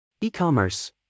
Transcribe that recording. E-commerce